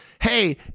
Hey